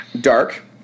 Dark